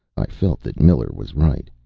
i felt that miller was right.